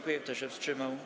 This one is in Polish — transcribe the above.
Kto się wstrzymał?